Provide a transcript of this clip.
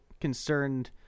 concerned